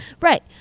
Right